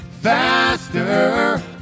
faster